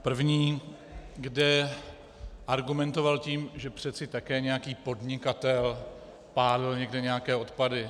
První, kde argumentoval tím, že přece také nějaký podnikatel pálil někde nějaké odpady.